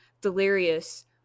delirious